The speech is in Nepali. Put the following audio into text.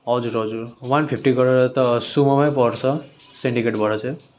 हजुर हजुर वान फिफ्टी गरेर त सुमोमै पर्छ सेन्डिकेटबाट चाहिँ